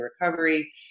recovery